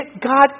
God